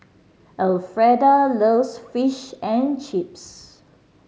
Elfreda loves Fish and Chips